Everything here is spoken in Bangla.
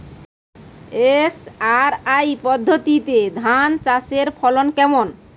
এস.আর.আই পদ্ধতিতে ধান চাষের ফলন কেমন?